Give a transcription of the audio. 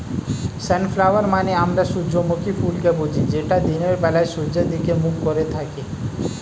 sunflower মানে আমরা সূর্যমুখী ফুলকে বুঝি যেটা দিনের বেলায় সূর্যের দিকে মুখ করে থাকে